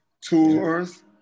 tours